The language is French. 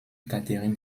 katherine